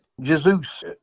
Jesus